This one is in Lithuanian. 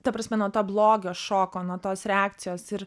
ta prasme nuo to blogio šoko nuo tos reakcijos ir